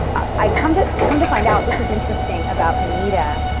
i come to come to find out, this is interesting about anita.